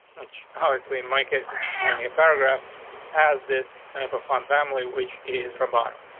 which, obviously, in my case, is only a paragraph has this type of fund family, which is robotic.